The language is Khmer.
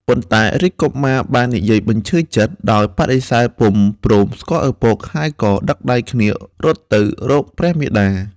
ប៉ុន្តែរាជកុមារបាននិយាយបញ្ឈឺចិត្ត ដោយបដិសេធពុំព្រមស្គាល់ឪពុក ហើយក៏ដឹកដៃគ្នារត់ទៅរកព្រះមាតា។